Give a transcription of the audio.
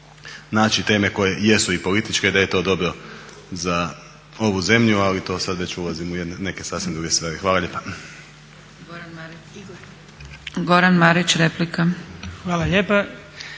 naći teme koje jesu i političke, da je to dobro za ovu zemlju, ali to sad već ulazimo u neke sasvim druge stvari. Hvala lijepa. **Zgrebec, Dragica